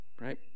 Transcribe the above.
Right